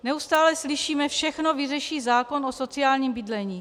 Neustále slyšíme: všechno vyřeší zákon o sociálním bydlení.